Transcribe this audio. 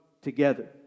together